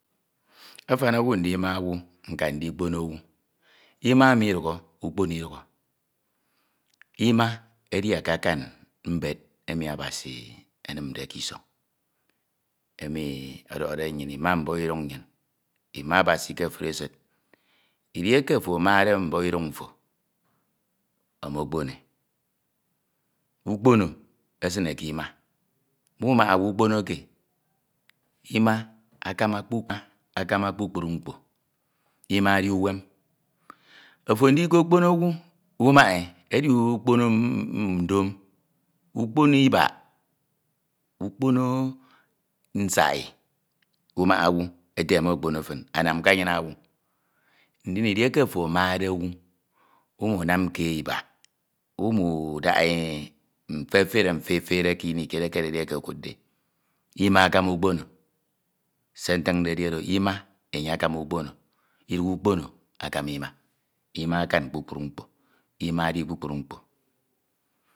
Afan owu ndima owu nkan ndikpono owu ima midukho ukpmo idukho, ima edi akakan mbed emi Abasi ke isoñ, emi ọdọkhọde nnyin ima mbokiduñ nnyin ima Abasi ke ofuri esid. Edieke ofo amade nbokiduñ mfo omokponoe nkpono esine kima numaha owu ukponoke ima akama kpu mkpo akama kpukpru mkpo ima edi imuem ofo ndikopono owu umahae edi ukpono ndom, ukpono ibek ukpono usahi umaha owu ete mme kpono fin anam ke onyin owu ndin edieke ofo amade owu umanamkee ibak uwnda e mfefere mfefere kinj ekededi oknide ima akama ukpono se nfinete edi oro ima enye akama ukpono, idighe ukpono akama ima ima aka kpukpru mkpo ima edi kpukpru mkpo